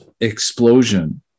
explosion